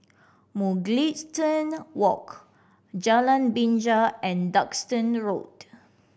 Mugliston Walk Jalan Binja and Duxton Road